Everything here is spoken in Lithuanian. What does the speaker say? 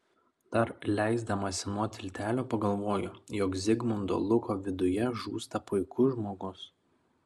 dar leisdamasi nuo tiltelio pagalvoju jog zigmundo luko viduje žūsta puikus žmogus